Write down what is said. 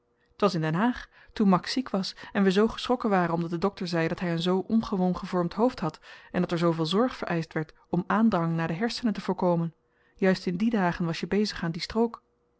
t was in den haag toen max ziek was en we zoo geschrokken waren omdat de dokter zei dat hy een zoo ongewoon gevormd hoofd had en dat er zooveel zorg vereischt werd om aandrang naar de hersenen te voorkomen juist in die dagen was je bezig aan die strook